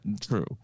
true